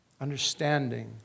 understanding